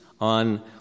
on